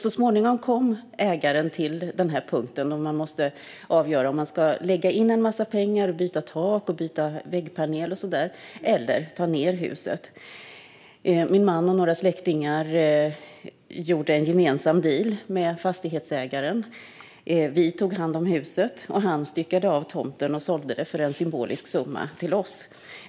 Så småningom kom ägaren till den punkt då man måste avgöra om man ska lägga in en massa pengar och byta tak, byta väggpanel och så vidare eller ta ned huset. Min man och några släktingar gjorde en gemensam deal med fastighetsägaren - vi tog hand om huset, och han styckade av tomten och sålde den för en symbolisk summa till oss.